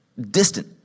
distant